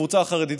הקבוצה החרדית,